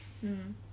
mm